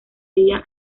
día